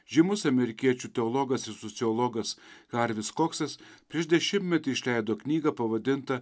žymus amerikiečių teologas ir sociologas harvis koksas prieš dešimtmetį išleido knygą pavadintą